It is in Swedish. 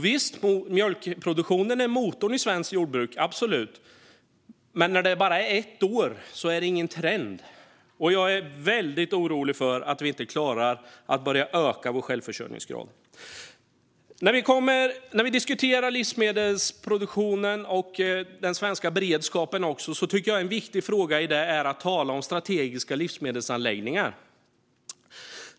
Visst är mjölkproduktionen motorn i svenskt jordbruk - absolut - men ett enda år utgör ingen trend. Jag är väldigt orolig att vi inte ska klara att öka vår självförsörjningsgrad. När vi diskuterar livsmedelsproduktionen och den svenska beredskapen tycker jag att en viktig fråga är strategiska livsmedelsanläggningar.